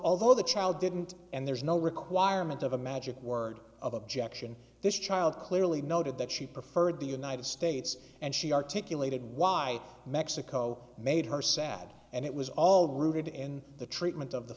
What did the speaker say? although the child didn't and there's no requirement of a magic word of objection this child clearly noted that she preferred the united states and she articulated why mexico made her sad and it was all rooted in the treatment of the